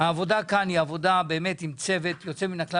העבודה כאן היא עבודה עם צוות יוצא מן הכלל.